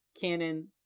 canon